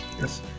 Yes